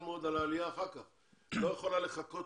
מאוד על העלייה אחר כך לא יכולה לחכות